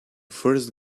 first